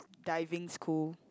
diving school